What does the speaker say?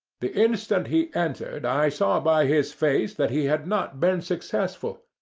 the instant he entered i saw by his face that he had not been successful.